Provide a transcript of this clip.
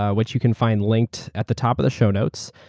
ah which you can find linked at the top of the show notes.